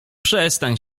przestań